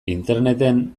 interneten